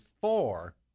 four